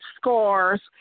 scars